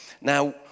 Now